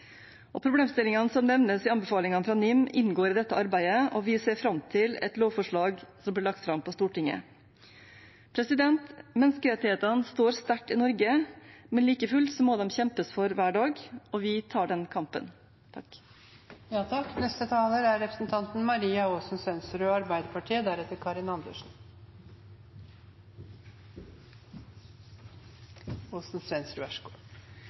Problemstillingene som nevnes i anbefalingene fra NIM, inngår i dette arbeidet, og vi ser fram til at et lovforslag blir lagt fram for Stortinget. Menneskerettighetene står sterkt i Norge, men like fullt må de kjempes for hver dag. Vi tar den kampen. I norske fengsler er det over 3 000 mennesker som soner. Undersøkelsene viser at 92 pst. av de innsatte viser tegn til psykiske lidelser. Dette er ikke så